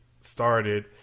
started